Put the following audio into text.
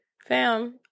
Fam